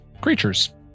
creatures